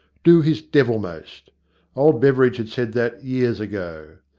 do his devilmost old beveridge had said that years ago.